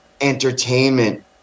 entertainment